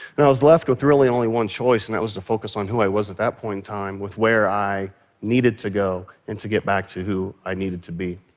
and i was left with really only one choice and that was to focus on who i was at that point in time with where i needed to go and to get back to who i needed to be.